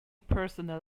personal